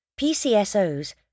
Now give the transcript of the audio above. PCSOs